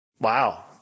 Wow